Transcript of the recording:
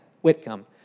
Whitcomb